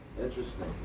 Interesting